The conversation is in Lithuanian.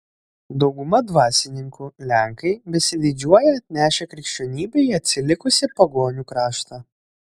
dauguma dvasininkų lenkai besididžiuoją atnešę krikščionybę į atsilikusį pagonių kraštą